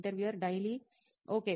interviewer daily okay